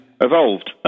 evolved